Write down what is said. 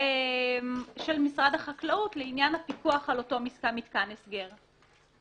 של משרד החקלאות לעניין הפיקוח על אותו מתקן הסגר?